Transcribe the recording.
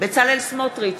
בצלאל סמוטריץ,